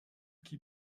qui